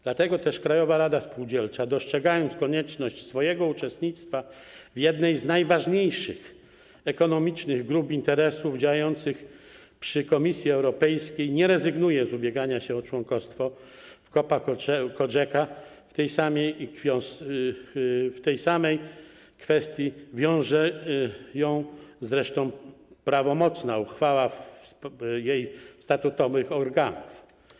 Dlatego też Krajowa Rada Spółdzielcza, dostrzegając konieczność swojego uczestnictwa w jednej z najważniejszych ekonomicznych grup interesów działających przy Komisji Europejskiej, nie rezygnuje z ubiegania się o członkostwo w COPA-COGECA, w tej kwestii wiąże ją zresztą prawomocna uchwała jej statutowych organów.